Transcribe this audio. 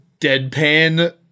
deadpan